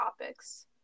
topics